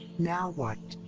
now what?